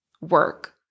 work